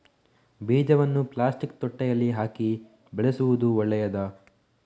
ಬೀಜವನ್ನು ಪ್ಲಾಸ್ಟಿಕ್ ತೊಟ್ಟೆಯಲ್ಲಿ ಹಾಕಿ ಬೆಳೆಸುವುದು ಒಳ್ಳೆಯದಾ?